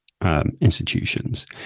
Institutions